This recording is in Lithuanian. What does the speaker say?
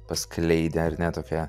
paskleidę ar ne tokią